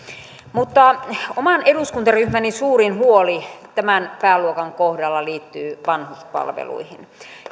mutta oman eduskuntaryhmäni suurin huoli tämän pääluokan kohdalla liittyy vanhuspalveluihin